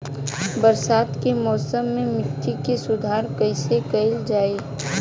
बरसात के मौसम में मिट्टी के सुधार कइसे कइल जाई?